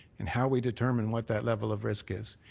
and how we determine what that level of risk is.